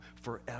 forever